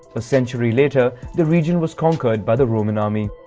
a century later the region was conquered by the roman army.